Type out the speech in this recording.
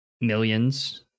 millions